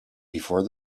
before